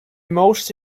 most